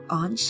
on